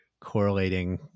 correlating